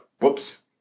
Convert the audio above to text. whoops